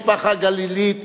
משפחת זועבי משפחה גלילית,